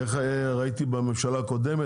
ראיתי בממשלה הקודמת,